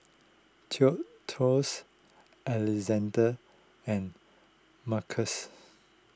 Alexandre and Marcus